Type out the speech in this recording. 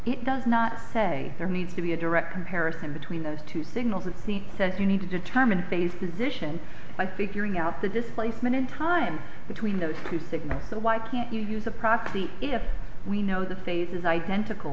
it does not say there needs to be a direct comparison between those two signals with the said you need to determine faces ition by figuring out the displacement in time between those two signals so why can't you use a proxy if we know the phase is identical